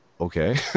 Okay